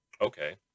Okay